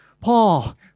Paul